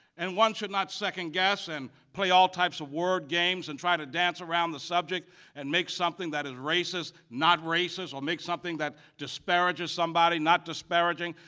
and one should not second-guess and play all types of word games and try to dance around the subject and make something that is racist, not racist, or make something that disparages somebody, not disparaging.